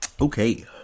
okay